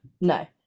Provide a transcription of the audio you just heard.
no